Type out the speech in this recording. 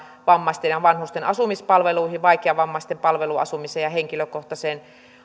vammaisten ja vanhusten asumispalveluihin vaikeavammaisten palveluasumiseen ja henkilökohtaiseen